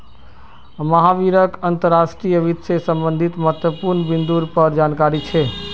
महावीरक अंतर्राष्ट्रीय वित्त से संबंधित महत्वपूर्ण बिन्दुर पर जानकारी छे